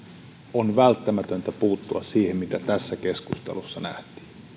on välttämätöntä puuttua siihen mitä tässä keskustelussa nähtiin